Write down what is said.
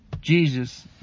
Jesus